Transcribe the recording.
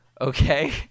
Okay